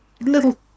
little